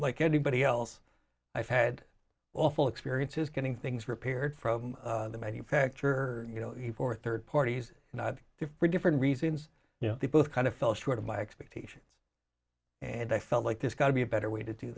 like anybody else i've had awful experiences getting things repaired from the manufacturer you know for third parties and i differ different reasons you know they both kind of fell short of my expectations and i felt like this got to be a better way to do